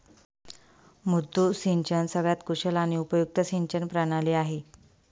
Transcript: मुद्दू सिंचन सगळ्यात कुशल आणि उपयुक्त सिंचन प्रणाली आहे